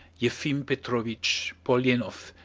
yefim petrovitch polenov,